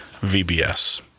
VBS